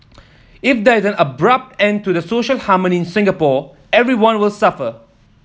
if there is an abrupt end to the social harmony in Singapore everyone will suffer